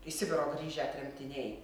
iš sibiro grįžę tremtiniai